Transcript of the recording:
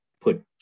put